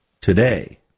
Today